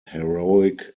heroic